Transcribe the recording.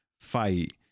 fight